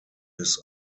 his